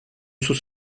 sous